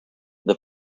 they